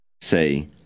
Say